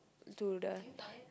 to the